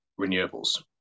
renewables